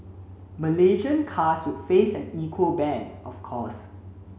Malaysian cars would face an equal ban of course